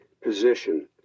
position